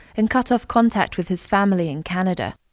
and cut off contact with his family in canada.